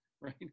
right